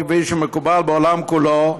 כפי שמקובל בעולם כולו,